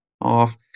off